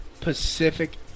Pacific